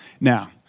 now